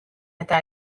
eta